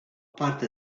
parte